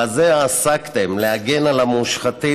בזה עסקתם, להגן על המושחתים.